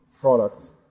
products